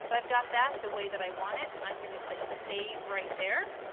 so i've got that the way that i want it. i'm going to click save right there.